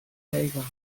maigres